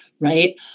right